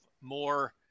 more